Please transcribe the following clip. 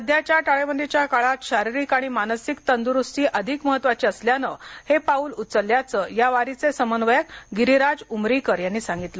सध्याच्या टाळेबंदीच्या काळात शारीरिक आणि मानसिक तंद्रुस्ती अधिक महत्वाची असल्यानेच हे पाऊल उचलल्याचं या वारीचे समन्वयक गिरीराज उमरीकर यांनी सांगितलं